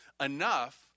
enough